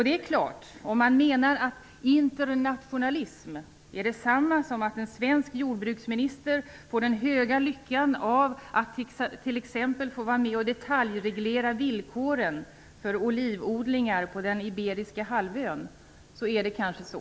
Det är klart, om man menar att internationalism är detsamma som att en svensk jordbruksminister får den stora lyckan att t.ex. få vara med och detaljreglera villkoren för olivodlingar på den iberiska halvön. Då är det kanske så.